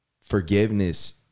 forgiveness